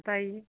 बताईए